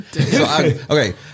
Okay